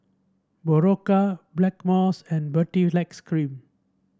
Berocca Blackmores and Baritex Cream